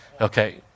Okay